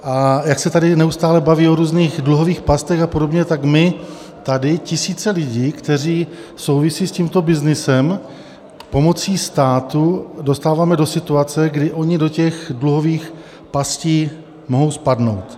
A jak se tady neustále baví o různých dluhových pastech a podobně, tak my tady tisíce lidí, kteří souvisí s tímto byznysem, pomocí státu dostáváme do situace, kdy oni do těch dluhových pastí mohou spadnout.